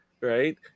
Right